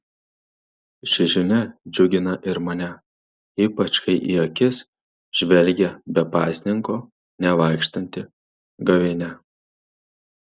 ši žinia džiugina ir mane ypač kai į akis žvelgia be pasninko nevaikštanti gavėnia